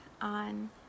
on